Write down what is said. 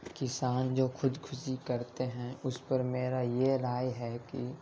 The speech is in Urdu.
کسان جو خودکشی کرتے ہیں اس پر میرا یہ رائے ہے کہ